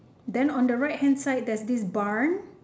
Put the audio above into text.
then on the right hand side there's this barn